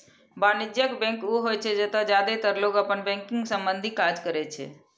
वाणिज्यिक बैंक ऊ होइ छै, जतय जादेतर लोग अपन बैंकिंग संबंधी काज करै छै